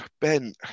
Ben